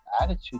attitude